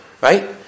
right